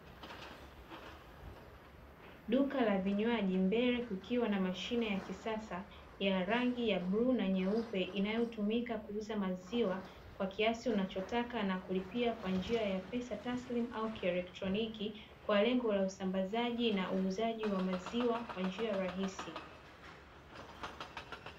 Duka la vinywaji, mbele kukiwa na mashine ya kisasa ya rangi ya bluu na nyeupe inayotumika kuuza maziwa kwa kiasi unachotaka na kulipia kwa njia ya pesa taslimu au kielektroniki, kwa lengo la usambazaji na uuzaji wa maziwa kwa njia rahisi.